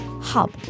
Hub